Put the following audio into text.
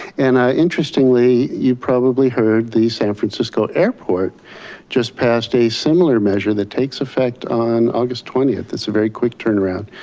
and interestingly, you probably heard the san francisco airport just passed a similar measure that takes effect on august twentieth, that's a very quick turn around.